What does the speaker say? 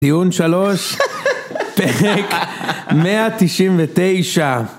טיעון 3, פרק 199.